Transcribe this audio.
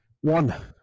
one